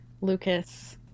Lucas